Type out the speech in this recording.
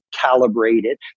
calibrated